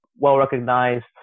well-recognized